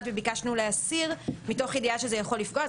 וביקשנו להסיר מתוך ידיעה שזה יכול לפגוע.